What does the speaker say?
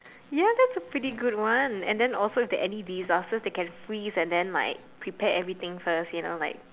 ya that's a pretty good one and then also if there's any disasters they can freeze and then like prepare everything first you know like